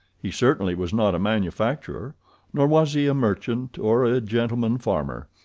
he certainly was not a manufacturer nor was he a merchant or a gentleman farmer.